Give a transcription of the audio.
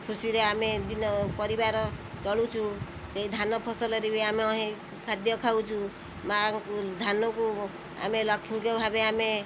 ଖୁସିରେ ଆମେ ଦିନ ପରିବାର ଚଳୁଛୁ ସେହି ଧାନ ଫସଲରେ ବି ଆମେ ହେଇ ଖାଦ୍ୟ ଖାଉଛୁ ମାଆଙ୍କୁ ଧାନକୁ ଆମେ ଲକ୍ଷ୍ମୀଙ୍କ ଭାବେ ଆମେ